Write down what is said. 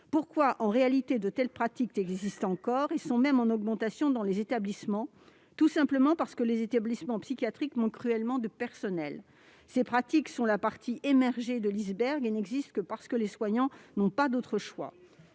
pourquoi de telles pratiques existent-elles encore et sont même en augmentation dans les établissements ? La raison est simple : les établissements psychiatriques manquent cruellement de personnel. Ces pratiques ne sont que la partie émergée de l'iceberg et n'existent que parce que les soignants n'ont pas d'autre choix.